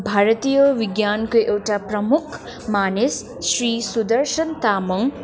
भारतीय विज्ञानको एउटा प्रमुख मानिस श्री सुदर्शन तामाङ